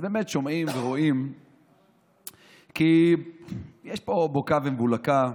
שומעים ורואים שיש פה בוקה ומבולקה,